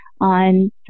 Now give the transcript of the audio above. on